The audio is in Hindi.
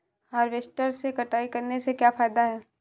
हार्वेस्टर से कटाई करने से क्या फायदा है?